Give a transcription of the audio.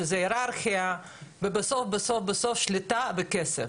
שזה היררכיה ובסוף בסוף שליטה בכסף,